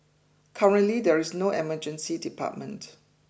currently there is no emergency department